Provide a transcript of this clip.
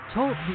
Talk